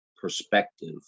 perspective